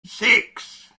six